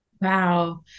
wow